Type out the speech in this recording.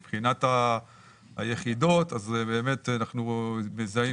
מבחינת היחידות, אנחנו מזהים